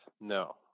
no